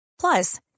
Plus